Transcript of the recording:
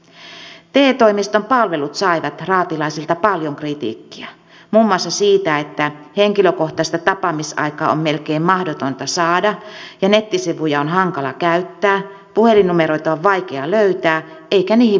te toimiston palvelut saivat raatilaisilta paljon kritiikkiä muun muassa siitä että henkilökohtaista tapaamisaikaa on melkein mahdotonta saada ja nettisivuja on hankala käyttää puhelinnumeroita on vaikea löytää eikä niihin vastaa kukaan